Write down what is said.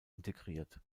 integriert